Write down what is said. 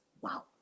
wow